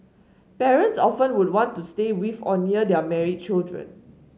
parents often would want to stay with or near their married children